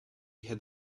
had